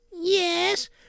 Yes